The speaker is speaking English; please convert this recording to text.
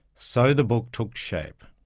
so the book took shape.